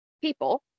people